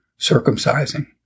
circumcising